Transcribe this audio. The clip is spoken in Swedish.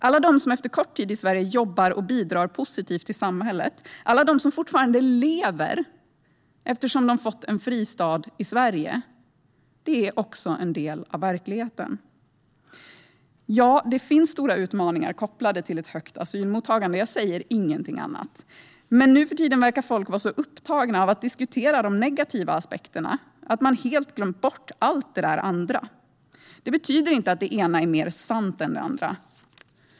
Alla de som efter kort tid i Sverige jobbar och bidrar positivt till samhället och alla de som fortfarande lever eftersom de fått en fristad i Sverige är också en del av verkligheten. Ja, det finns stora utmaningar kopplade till ett högt asylmottagande; jag säger inget annat. Men nu för tiden verkar folk vara så upptagna av att diskutera de negativa aspekterna att de helt har glömt bort allt det andra. Det betyder inte att det ena är mer sant än det andra.